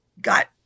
got